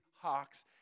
hawks